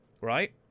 right